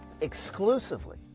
Exclusively